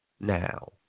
now